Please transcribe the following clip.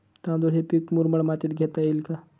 तांदूळ हे पीक मुरमाड मातीत घेता येईल का?